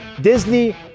Disney